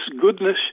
goodness